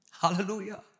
Hallelujah